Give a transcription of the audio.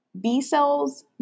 B-cells